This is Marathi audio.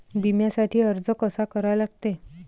बिम्यासाठी अर्ज कसा करा लागते?